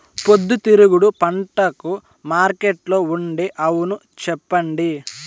పొద్దుతిరుగుడు పంటకు మార్కెట్లో ఉండే అవును చెప్పండి?